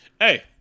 Hey